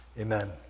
Amen